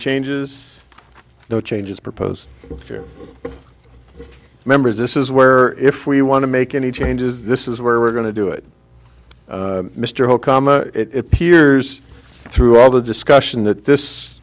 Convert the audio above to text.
changes no changes proposed new members this is where if we want to make any changes this is where we're going to do it mr holcombe a it appears through all the discussion that this